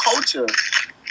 culture